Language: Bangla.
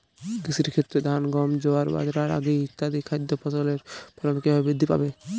কৃষির ক্ষেত্রে ধান গম জোয়ার বাজরা রাগি ইত্যাদি খাদ্য ফসলের ফলন কীভাবে বৃদ্ধি পাবে?